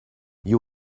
you